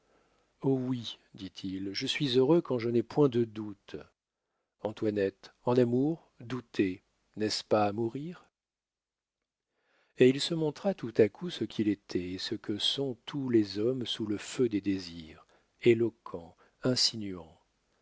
oui dit-il je suis heureux quand je n'ai point de doutes antoinette en amour douter n'est-ce pas mourir et il se montra tout à coup ce qu'il était et ce que sont tous les hommes sous le feu des désirs éloquent